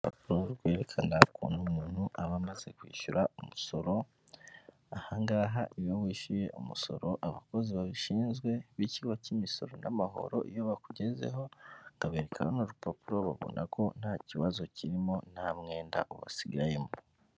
Urupapuro rwerekana ukuntu umuntu aba amaze kwishyura umusoro, ahangaha iyo wishyuye umusoro abakozi babishinzwe b'ikigo cy'imisoro n'amahoro, iyo bakugezeho kakabereka n'urupapuro babona ko nta kibazo kirimo nta mwenda wasigayemo.